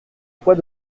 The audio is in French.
pois